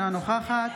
אינה נוכחת